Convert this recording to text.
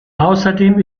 außerdem